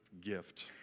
gift